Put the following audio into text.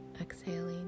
exhaling